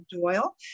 Doyle